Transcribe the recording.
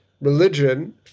religion